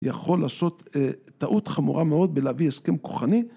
יכול לעשות טעות חמורה מאוד בלהביא הסכם כוחני.